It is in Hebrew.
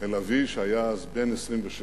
אל אבי, שהיה אז בן 26,